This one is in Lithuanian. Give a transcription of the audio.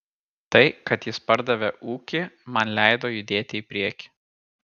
tai kad jis pardavė ūkį man leido judėti į priekį